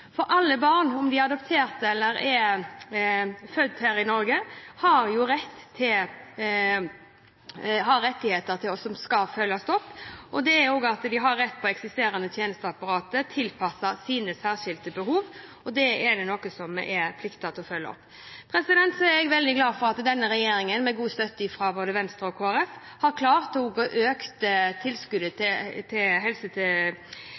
For alle barn – om de er adoptert eller er født her i Norge – har rettigheter som skal følges opp, og de har også rett til at det eksisterende tjenesteapparatet er tilpasset deres særskilte behov, og det er noe vi er pliktige til å følge opp. Så er jeg veldig glad for at denne regjeringen med god støtte fra både Venstre og Kristelig Folkeparti har klart å øke tilskuddet til